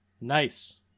Nice